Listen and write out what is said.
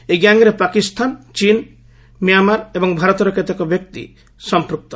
ଏହି ଗ୍ୟାଙ୍ଗ୍ରେ ପାକିସ୍ତାନ ଚୀନ୍ ମ୍ୟାମାର୍ ଏବଂ ଭାରତର କେତେକ ବ୍ୟକ୍ତି ସମ୍ପକ୍ତ